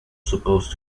supposed